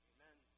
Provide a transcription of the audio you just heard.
Amen